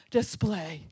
display